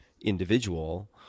individual